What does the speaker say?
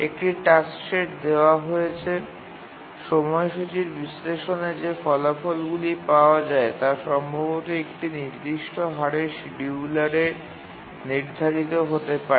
একটি task set দেওয়া হয়েছে সময়সূচীর বিশ্লেষণে যে ফলাফলগুলি পাওয়া যায় তা সম্ভবত একটি নির্দিষ্ট হারের শিডিয়ুলারে নির্ধারিত হতে পারে